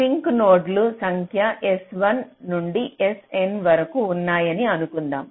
sync నోడ్ల సంఖ్య s1 నుండి sn వరకు ఉన్నాయని అనుకుందాం